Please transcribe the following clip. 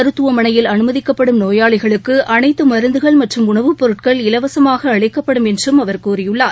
மருத்துவமனையில் அனுமதிக்கப்படும் நோயாளிகளுக்கு அனைத்து மருந்துகள் மற்றும் உணவுப் பொருட்கள் இலவசமாக அளிக்கப்படும் என்றும் அவர் கூறியுள்ளார்